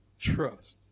trust